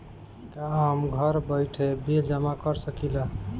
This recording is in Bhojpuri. का हम घर बइठे बिल जमा कर शकिला?